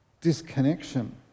disconnection